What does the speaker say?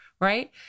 right